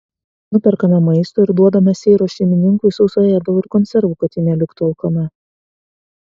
nuperkame maisto ir duodame seiros šeimininkui sauso ėdalo ir konservų kad ji neliktų alkana